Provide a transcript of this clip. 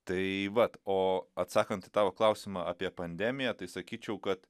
tai vat o atsakant į tavo klausimą apie pandemiją tai sakyčiau kad